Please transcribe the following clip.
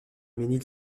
mesnil